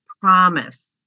promise